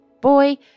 Boy